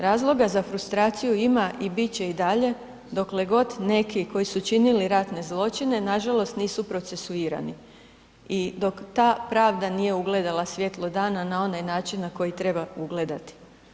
Razloga za frustraciju ima i bit će i dalje dokle god neki koji su činili ratne zločine nažalost nisu procesuirani i dok ta pravda nije ugledala svjetlo dana na onaj način na koji treba ugledati.